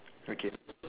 okay